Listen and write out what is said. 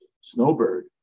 Snowbird